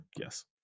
yes